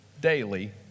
daily